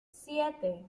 siete